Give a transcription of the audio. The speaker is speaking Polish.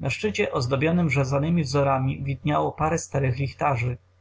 na szczycie ozdobionym rzezanymi wzorami widniało parę starych